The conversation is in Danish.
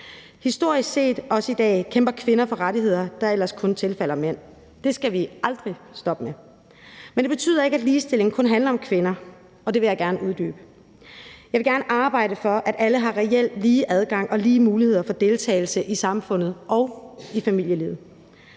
Historisk set har kvinder kæmpet for rettigheder, der ellers kun er tilfaldet mænd, og det gælder også i dag. Det skal vi aldrig stoppe med. Men det betyder ikke, at ligestilling kun handler om kvinder, og det vil jeg gerne uddybe. Jeg vil gerne arbejde for, at alle reelt har lige adgang og lige muligheder for deltagelse i samfundet og i familielivet.